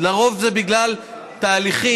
לרוב זה בגלל תהליכים,